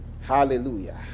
hallelujah